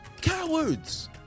cowards